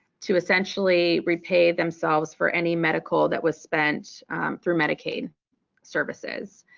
to essentially repay themselves for any medical that was spent through medicaid services.